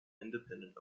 independent